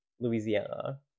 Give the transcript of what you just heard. Louisiana